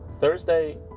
Thursday